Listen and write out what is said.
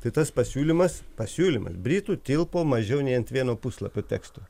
tai tas pasiūlymas pasiūlymas britų tilpo mažiau nei ant vieno puslapio teksto